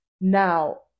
Now